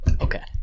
Okay